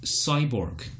Cyborg